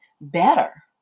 better